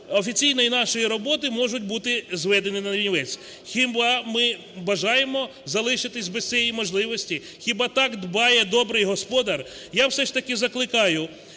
офіційної нашої роботи можуть бути зведені нанівець. Хіба ми бажаємо залишитись без цієї можливості? Хіба так дбає добрий господар? Я все ж таки закликаю